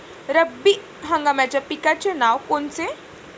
रब्बी हंगामाच्या पिकाचे नावं कोनचे?